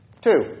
Two